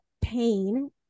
pain